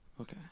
Okay